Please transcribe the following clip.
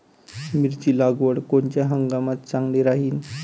मिरची लागवड कोनच्या हंगामात चांगली राहीन?